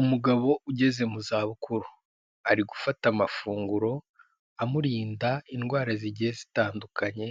Umugabo ugeze mu za bukuru ari gufata amafunguro amurinda indwara zigiye zitandukanye,